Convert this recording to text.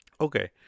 Okay